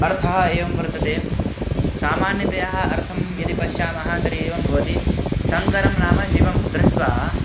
अर्थः एवं वर्तते सामान्यतया अर्थं यदि पश्यामः तर्हि एवं भवति शङ्करं नाम शिवं दृष्ट्वा